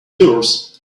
yours